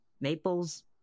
Maple's